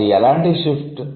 అది ఎలాంటి షిఫ్ట్